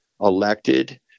elected